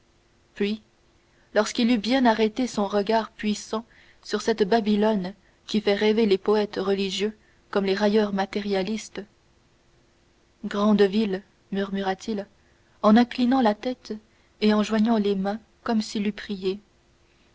puis lorsqu'il eut bien arrêté son regard puissant sur cette babylone qui fait rêver les poètes religieux comme les railleurs matérialistes grande ville murmura-t-il en inclinant la tête et en joignant les mains comme s'il eût prié